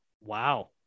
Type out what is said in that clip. Wow